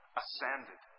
ascended